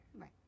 Right